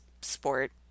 sport